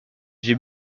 j’ai